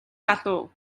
залуу